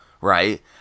right